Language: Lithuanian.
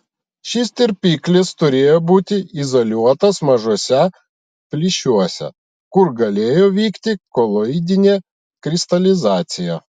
šis tirpiklis turėjo būti izoliuotas mažuose plyšiuose kur galėjo vykti koloidinė kristalizacija